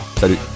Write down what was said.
Salut